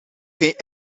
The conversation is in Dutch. geen